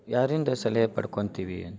ಯಾರಿಂದ ಸಲಹೆ ಪಡ್ಕೊಳ್ತೀವಿ ಅಂತ